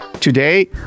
Today